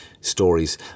stories